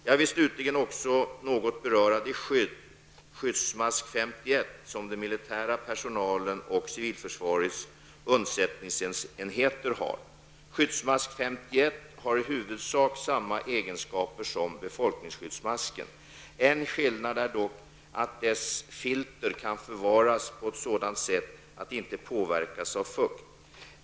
Jag vill slutligen också något beröra det skydd, skyddsmask 51, som den militära personalen och civilförsvarets undsättningsenheter har. Skyddsmask 51 har i huvudsak samma egenskaper som befolkningsskyddsmasken. En skillnad är dock att dess filter kan förvaras på ett sådant sätt att det inte påverkas av fukt.